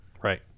right